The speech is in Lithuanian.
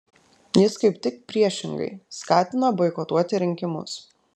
jis kaip tik priešingai skatina boikotuoti rinkimus